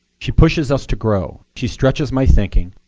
she pushes us to grow. she stretches my thinking.